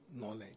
knowledge